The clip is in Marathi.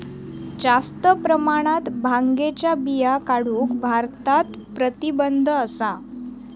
जास्त प्रमाणात भांगेच्या बिया काढूक भारतात प्रतिबंध असा